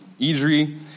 Idri